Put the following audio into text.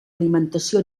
alimentació